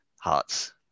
hearts